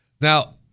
Now